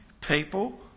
people